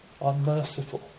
unmerciful